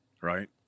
Right